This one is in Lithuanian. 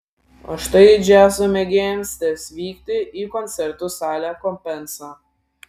o štai džiazo mėgėjams teks vykti į koncertų salę compensa